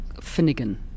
Finnegan